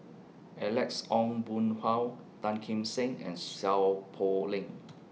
Alex Ong Boon Hau Tan Kim Seng and Seow Poh Leng